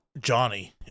Johnny